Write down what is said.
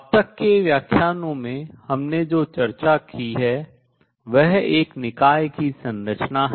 अब तक के व्याख्यानों में हमने जो चर्चा की है वह एक निकाय की संरचना है